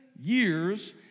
years